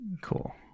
Cool